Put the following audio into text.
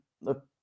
look